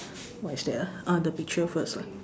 what is that ah ah the picture first lah